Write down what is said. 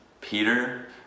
Peter